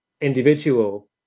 individual